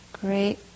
great